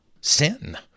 sin